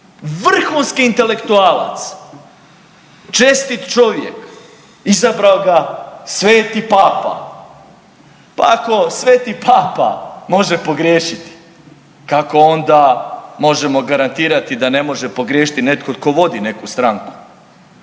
Vrhunski intelektualac, čestit čovjek, izabrao ga sveti papa, pa ako sveti papa može pogriješiti, kako onda možemo garantirati da ne može pogriješiti netko tko vodi neku stranku.